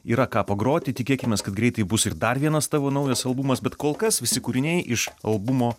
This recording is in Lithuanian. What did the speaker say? yra ką pagroti tikėkimės kad greitai bus ir dar vienas tavo naujas albumas bet kol kas visi kūriniai iš albumo